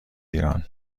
ایران